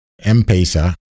M-Pesa